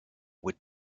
would